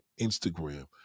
instagram